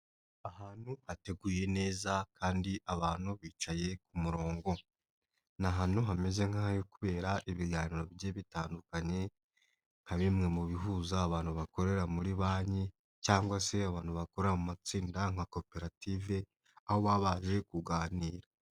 Ahantu hateguye neza kandi abantu bicaye ku murongo. Ni ahantu hameze nk'ayo kubera ibiganiro bigiye bitandukanye nka bimwe mu bihuza abantu bakorera muri banki cyangwa se abantu bakora mu matsinda nka koperative, aho baba baje kuganira.